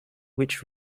which